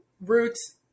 Roots